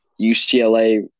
UCLA